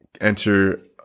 enter